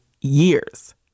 years